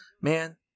Man